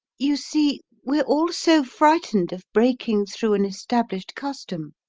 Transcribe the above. you see, we're all so frightened of breaking through an established custom.